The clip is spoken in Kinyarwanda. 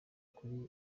kuri